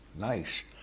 nice